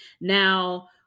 Now